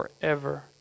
forever